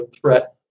threat